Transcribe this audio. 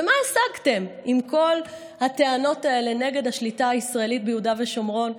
ומה השגתם עם כל הטענות האלה נגד השליטה הישראלית ביהודה ושומרון,